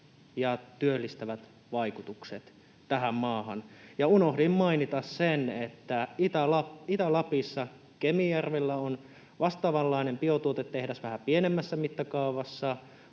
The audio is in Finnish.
ja työllistävät vaikutukset tähän maahan. Ja unohdin mainita sen, että Itä-Lapissa Kemijärvellä on vastaavanlainen biotuotetehdas vähän pienemmässä mittakaavassa